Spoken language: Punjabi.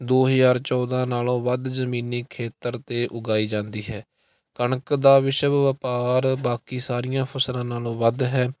ਦੋ ਹਜ਼ਾਰ ਚੌਦ੍ਹਾਂ ਨਾਲੋਂ ਵੱਧ ਜ਼ਮੀਨੀ ਖੇਤਰ 'ਤੇ ਉਗਾਈ ਜਾਂਦੀ ਹੈ ਕਣਕ ਦਾ ਵਿਸ਼ਵ ਵਪਾਰ ਬਾਕੀ ਸਾਰੀਆਂ ਫਸਲਾਂ ਨਾਲੋਂ ਵੱਧ ਹੈ